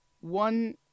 one